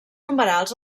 numerals